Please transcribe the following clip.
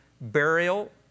burial